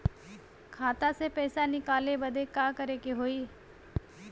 खाता से पैसा निकाले बदे का करे के होई?